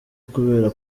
kubera